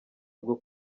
bwo